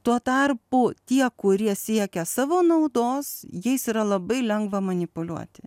tuo tarpu tie kurie siekia savo naudos jais yra labai lengva manipuliuoti